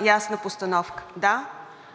ясна постановка. Да,